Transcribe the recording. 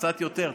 קצת יותר,